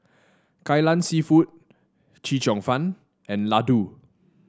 Kai Lan seafood Chee Cheong Fun and laddu